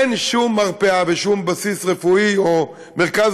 אין שום מרפאה ושום בסיס רפואי או מרכז